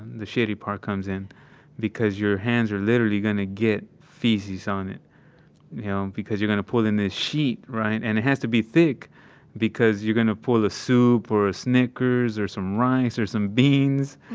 the shitty part comes in because your hands are literally going to get feces on it, you know, um because you're going to pull in this sheet right. and it has to be thick because you're going to pull a soup, or a snickers, or some rice, or some beans.